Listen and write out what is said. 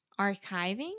archiving